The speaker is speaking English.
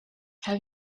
have